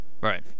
Right